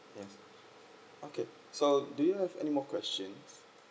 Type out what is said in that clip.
yes okay so do you have any more questions